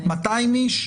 200 איש?